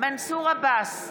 מנסור עבאס,